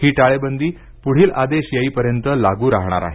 ही टाळेबंदी पुढील आदेश येईपर्यंत लागू राहणार आहे